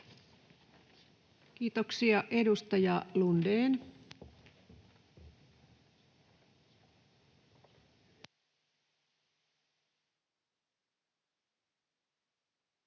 Kiitoksia. — Edustaja Lundén.